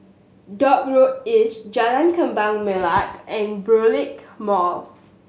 Dock Road East Jalan Kembang Melati and Burkill Mall